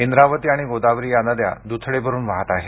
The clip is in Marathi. इंद्रावती आणि गोदावरी या नद्या द्थडी भरुन वाहत आहेत